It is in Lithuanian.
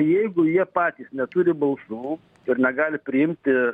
jeigu jie patys neturi balsų ir negali priimti